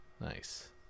Nice